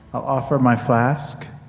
i'll offer my flask.